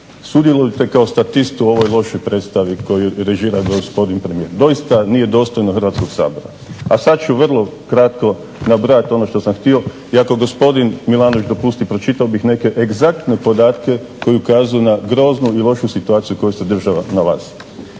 sudjelujete kao statist u ovoj lošoj predstavi koju režira gospodin premijer. Doista nije dostojno Hrvatskog sabora. A sad ću vrlo kratko nabrojati ono što sam htio i ako gospodin Milanović dopusti pročitao bih neke egzaktne podatke koji ukazuju na groznu i lošu situaciju u kojoj se država nalazi.